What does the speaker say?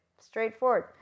straightforward